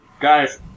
guys